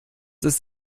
ist